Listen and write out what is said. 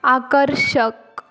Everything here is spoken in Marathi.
आकर्षक